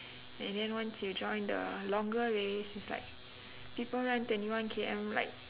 and then once you join the longer race it's like people run twenty one K M like